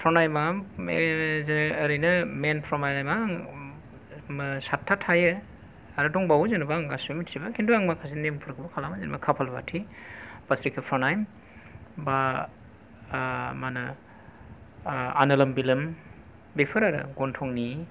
फ्रनायामा जे एरैनो मैन फ्रनायामा सातथा थायो आरो दंबावो जेनबा आं गासिबो मिथिजोबा खिन्थु आं माखासे नेमफोरखौ खालामो जेनेबा कापाल भारति बा शिकर प्रानायाम बा मा होनो आनालोमबिलोम बेफोर आरो गन्थंनि